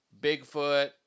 Bigfoot